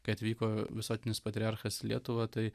kai atvyko visuotinis patriarchas į lietuvą tai